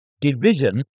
division